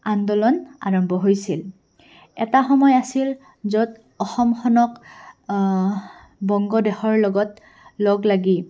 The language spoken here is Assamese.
আন্দোলন আৰম্ভ হৈছিল এটা সময় আছিল য'ত অসমখনক বংগদেখৰ লগত লগ লাগি